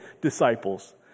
disciples